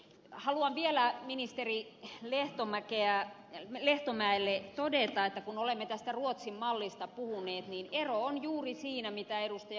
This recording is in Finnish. haluan vielä ministeri lehtomäelle todeta että kun olemme tästä ruotsin mallista puhuneet niin ero on juuri siinä mitä ed